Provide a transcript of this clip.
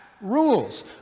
rules